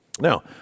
Now